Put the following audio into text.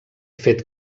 fet